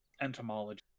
entomology